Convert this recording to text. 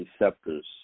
receptors